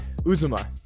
Uzuma